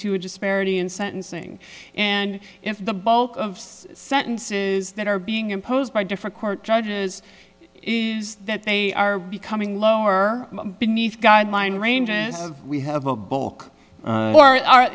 to a disparity in sentencing and if the bulk of sentences that are being imposed by different court judges is that they are becoming lower beneath guideline ranges we have a book